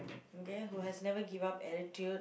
okay who has never give up attitude